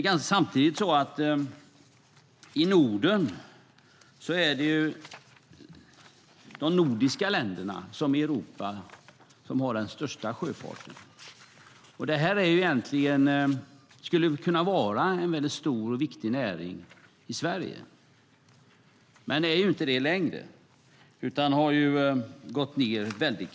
Det är samtidigt så att det är de nordiska länderna som i Europa har den största sjöfarten. Det här skulle kunna vara en stor och viktig näring i Sverige, men det är den inte längre, utan den har gått ned kraftigt.